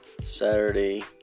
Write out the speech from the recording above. Saturday